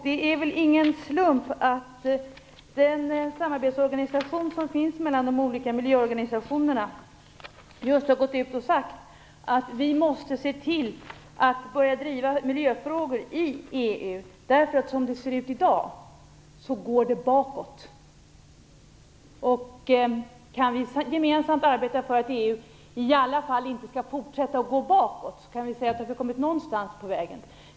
Det är väl ingen slump att den samarbetsorganisation som finns mellan de olika miljöorganisationerna har gått ut och sagt att vi måste se till att börja driva miljöfrågor i EU. Som det ser ut i dag, går det bakåt. Om vi gemensamt kan arbeta för att EU i alla fall inte skall fortsätta att gå bakåt har vi kommit någonstans på vägen.